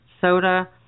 soda